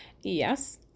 Yes